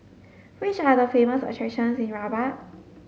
which are the famous attractions in Rabat